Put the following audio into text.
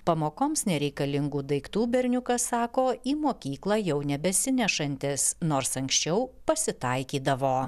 pamokoms nereikalingų daiktų berniukas sako į mokyklą jau nebesinešantis nors anksčiau pasitaikydavo